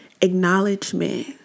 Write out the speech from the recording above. acknowledgement